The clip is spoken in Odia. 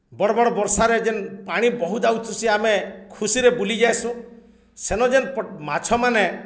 ବଡ଼୍ ବଡ଼୍ ବର୍ଷାରେ ଯେନ୍ ପାଣି ବହୁତ୍ ଯାଉଥିସି ସେ ଆମେ ଖୁସିରେ ବୁଲିଯାଏସୁ ସେନ ଯେନ୍ ମାଛମାନେ